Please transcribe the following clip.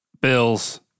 Bills